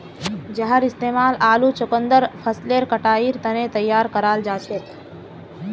जहार इस्तेमाल आलू चुकंदर फसलेर कटाईर तने तैयार कराल जाछेक